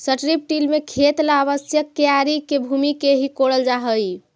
strip till में खेत ला आवश्यक क्यारी के भूमि के ही कोड़ल जा हई